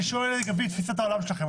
אני שואל לפי תפיסת העולם שלכם,